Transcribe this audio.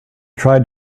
tried